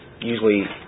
usually